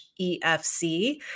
EFC